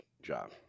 job